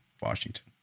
Washington